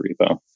repo